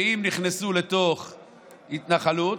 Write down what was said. ואם נכנסו לתוך התנחלות,